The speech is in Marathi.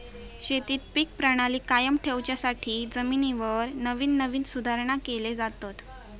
शेतीत पीक प्रणाली कायम ठेवच्यासाठी जमिनीवर नवीन नवीन सुधारणा केले जातत